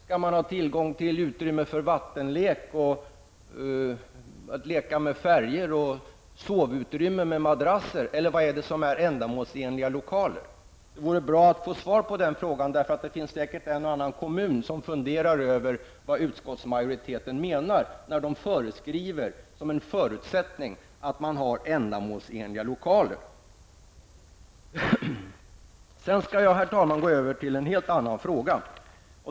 Skall det finnas tillgång till utrymmen för vattenlek, att leka med färger och sovutrymmen med madrasser? Vad är ändamålsenliga lokaler? Det vore bra att få svar på den frågan. Det finns säkert en och annan kommun som funderar över vad utskottsmajoriteten menar när man föreskriver som en förutsättning att det skall finnas ändamålsenliga lokaler. Herr talman! Jag skall gå över till en helt annan fråga.